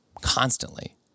constantly